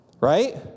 right